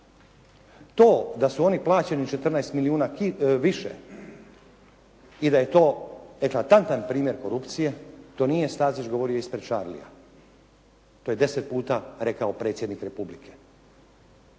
To da su oni plaćeni 14 milijuna više i da je to eklatantan primjer korupcije, to nije Stazić govorio ispred Charlija, to je 10 puta rekao predsjednik Republike